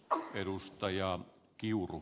kohennusta ja kiuru